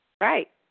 Right